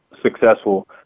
successful